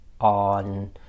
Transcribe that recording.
on